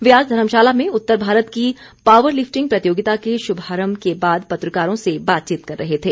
वे आज धर्मशाला में उत्तर भारत की पावर लिफ्टिंग प्रतियोगिता के शुभारम्म के बाद पत्रकारों से बातचीत कर रहे थे